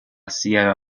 sierra